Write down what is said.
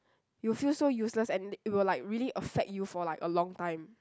you'll feel so useless and it will like really affect you for like a long time